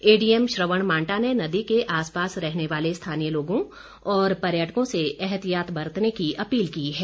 ADM Shravan Manta ने नदी के आसपास रहने वाले स्थानीय लोगों और पर्यटकों से एहतियात बरतने की अपील की है